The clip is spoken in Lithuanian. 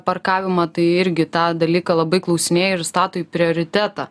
parkavimą tai irgi tą dalyką labai klausinėja ir stato į prioritetą